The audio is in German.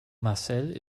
marcel